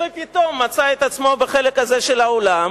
ופתאום מצא את עצמו בחלק הזה של העולם